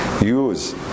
use